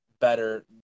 better